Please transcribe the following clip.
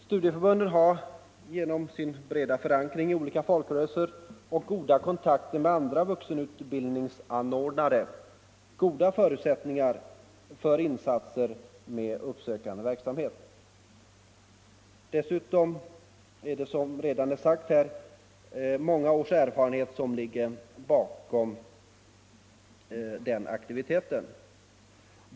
Studieförbunden har genom sin breda förankring i olika folkrörelser och goda kontakter med andra vuxenutbildningsanordnare goda förutsättningar för insatser med uppsökande verksamhet. Dessutom har förbunden, som tidigare framhållits, många års erfarenhet av uppsökande verksamhet.